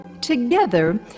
Together